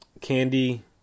candy